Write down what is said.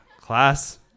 Class